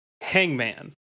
Hangman